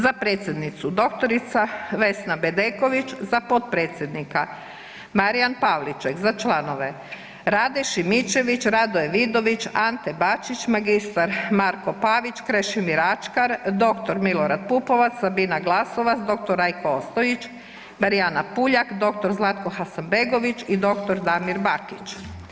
Za predsjednicu dr. Vesna BEdeković, za potpredsjednika Marijan Pavliček, za članove: Rade Šimičević, RAdoje Vidović, Ante Bačić, magistar Marko Pavić, Krešimir Ačkar, dr. Milorad Pupovac, Sabina Glasovac, dr. Rajko Ostojić, Marijana Puljak, dr. Zlatko Hasanbegović i dr. Damir Bakić.